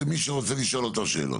מי שרוצה לשאול אותו שאלות.